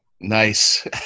Nice